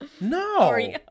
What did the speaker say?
No